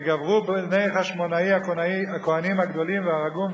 וגברו בני חשמונאי הכוהנים הגדולים והרגום,